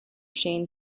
shane